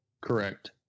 correct